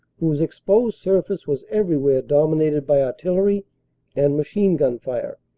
whose exposed surface was everywhere dominated by artillery and machine-gun fire.